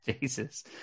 jesus